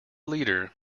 leader